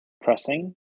pressing